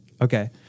Okay